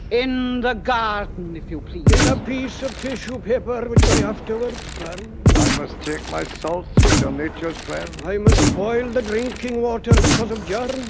in the garden, if you please. in a piece of tissue-paper and which i afterwards burn. but i must take my salts which are nature's friend. i must boil the drinking water because of germs.